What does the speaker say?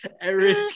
Eric